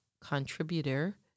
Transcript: contributor